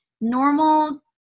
normal